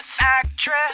actress